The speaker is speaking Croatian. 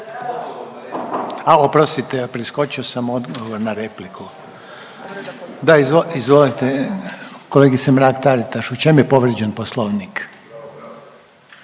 A oprostite preskočio sam odgovor na repliku. Kolegice Mrak-Taritaš u čem je povrijeđen Poslovnik?